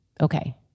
Okay